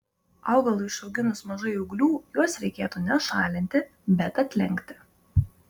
augalui išauginus mažai ūglių juos reikėtų ne šalinti bet atlenkti